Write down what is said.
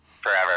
forever